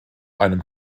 einem